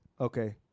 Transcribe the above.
Okay